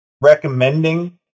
recommending